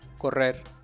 correr